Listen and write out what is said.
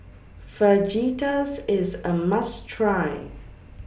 Fajitas IS A must Try